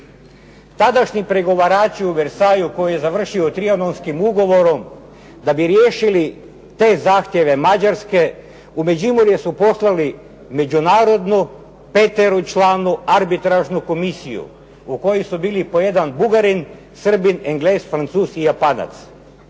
Tadašnji pregovarači u Versaillesu koji je završio Trianonskim ugovorom, da bi riješili te zahtjeve Mađarske u Međimurje su poslali međunarodnu peteročlanu arbitražnu komisiju. U kojoj su bili po jedan Bugarin, Srbin, Englez, Francuz i Japanac.